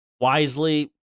wisely